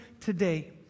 today